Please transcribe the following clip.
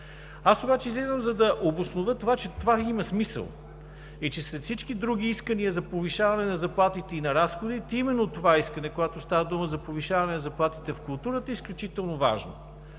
Аз обаче излизам, за да обоснова, че това има смисъл и че след всички други искания за повишаване на заплатите и на разходите именно това искане, когато става дума за повишаване на заплатите в културата, е изключително важно.